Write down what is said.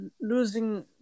Losing